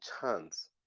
chance